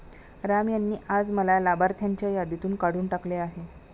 राम यांनी आज मला लाभार्थ्यांच्या यादीतून काढून टाकले आहे